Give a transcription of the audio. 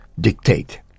dictate